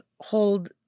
hold